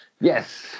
Yes